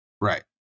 right